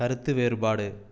கருத்து வேறுபாடு